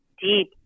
deep